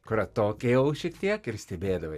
kur atokiau šiek tiek ir stebėdavai